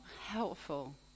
helpful